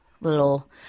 little